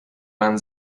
man